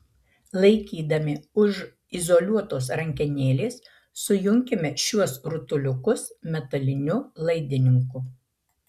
laikydami už izoliuotos rankenėlės sujunkime šiuos rutuliukus metaliniu laidininku